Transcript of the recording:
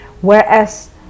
whereas